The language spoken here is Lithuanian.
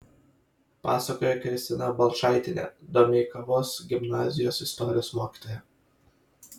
pasakoja kristina balčaitienė domeikavos gimnazijos istorijos mokytoja